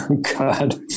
God